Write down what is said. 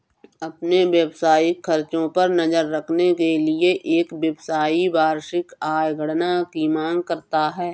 अपने व्यावसायिक खर्चों पर नज़र रखने के लिए, एक व्यवसायी वार्षिक आय गणना की मांग करता है